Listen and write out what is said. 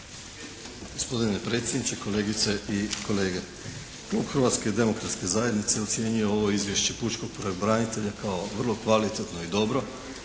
Gospodine predsjedniče, kolegice i kolege. Klub Hrvatske demokratske zajednice ocjenjuje ovo izvješće pučkog pravobranitelja kao vrlo kvalitetno i dobro